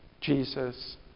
Jesus